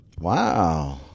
Wow